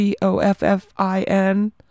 COFFIN